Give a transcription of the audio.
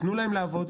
תתנו להם לעבוד,